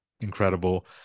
Incredible